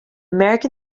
american